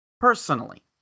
personally